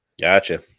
Gotcha